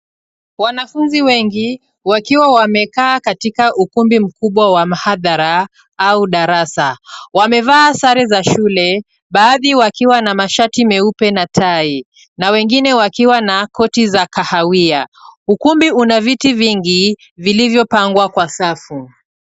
Wanafunzi wengi wakiwa wamekaa katika ukumbi mkubwa wa maabara au darasa. Wamevaa sare za shule, baadhi wakiwa na mashati meupe na tai, na wengine wakiwa na koti za kahawia. Ukumbi una viti vingi vilivyopangwa kwa safu.